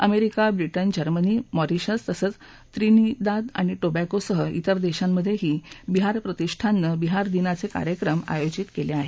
America Britain Germany Mauritius तसंच Trinidad आणि टोबॅगोसह तिर देशांमधेही बिहार प्रतिष्ठाननं बिहार दिनाचे कार्यक्रम आयोजित केले आहेत